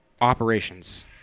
operations